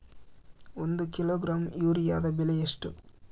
ಒಂದು ಕಿಲೋಗ್ರಾಂ ಯೂರಿಯಾದ ಬೆಲೆ ಎಷ್ಟು?